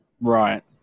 Right